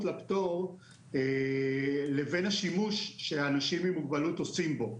לפטור לבין השימוש שאנשים עם מוגבלות עושים בו.